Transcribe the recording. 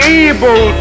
able